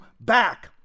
back